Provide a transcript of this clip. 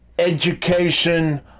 Education